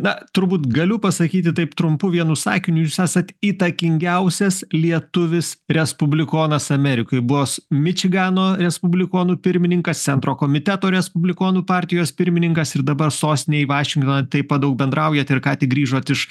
na turbūt galiu pasakyti taip trumpu vienu sakiniu jūs esat įtakingiausias lietuvis respublikonas amerikoj bos mičigano respublikonų pirmininkas centro komiteto respublikonų partijos pirmininkas ir dabar sostinėj vašingtone taip pat daug bendraujat ir ką tik grįžot iš